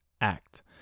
Act